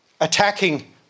attacking